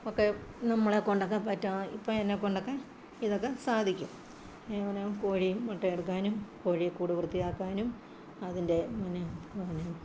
ഒക്കെ നമ്മളെക്കൊണ്ടൊക്കെ പറ്റും ഇപ്പം എന്നെക്കൊണ്ടൊക്കെ ഇതൊക്കെ സാധിക്കും ഇങ്ങനെ കോഴി മുട്ട എടുക്കാനും കോഴി കൂട് വൃത്തിയാക്കാനും അതിൻ്റെ ഇങ്ങനെ